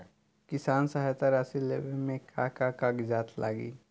किसान सहायता राशि लेवे में का का कागजात लागी?